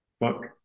fuck